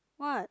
what